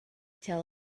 tell